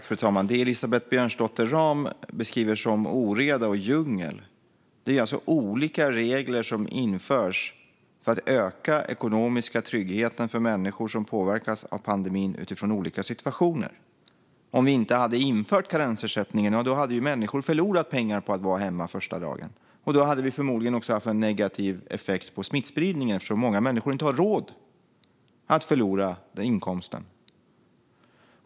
Fru talman! Det som Elisabeth Björnsdotter Rahm beskriver som oreda och djungel är alltså olika regler som införs för att öka den ekonomiska tryggheten för människor som påverkas av pandemin utifrån olika situationer. Om vi inte hade infört karensersättningen hade människor förlorat pengar på att vara hemma den första dagen. Och då hade vi förmodligen också haft en negativ effekt på smittspridningen, eftersom många människor inte har råd att förlora inkomsten.